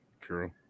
True